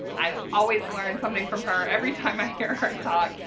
i always learn something from her every time i hear her talk,